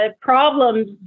problems